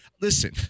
Listen